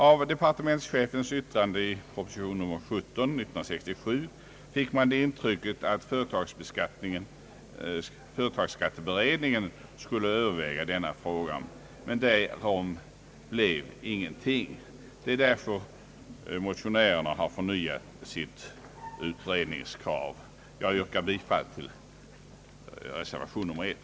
Av departe mentschefens yttrande i propositionen nr 17/1967 fick man det intrycket att företagsskatteberedningen skulle överväga denna fråga, men därav blev intet. Det är därför motionärerna har förnyat sitt förslag om utredning. Herr talman! Jag yrkar bifall till reservation nr 1.